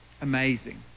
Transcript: amazing